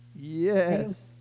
Yes